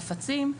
חפצים,